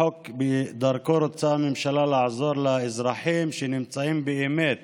החוק שדרכו רוצה הממשלה לעזור לאזרחים שנמצאים באמת